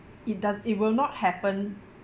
it does it will not happen